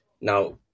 Now